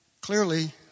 clearly